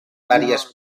varias